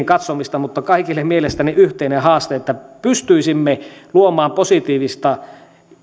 katsomista mielestäni yhteinen haaste se että pystyisimme luomaan positiivista